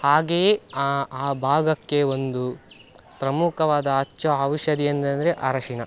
ಹಾಗೆಯೇ ಆ ಆ ಭಾಗಕ್ಕೆ ಒಂದು ಪ್ರಮುಖವಾದ ಹಚ್ಚೋ ಔಷಧಿ ಏನಂದರೆ ಅರಿಶಿಣ